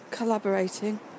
collaborating